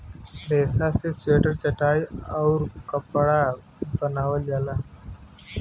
रेसा से स्वेटर चटाई आउउर कपड़ा बनावल जाला